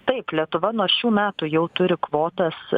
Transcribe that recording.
taip lietuva nuo šių metų jau turi kvotas